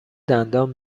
دندان